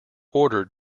ordered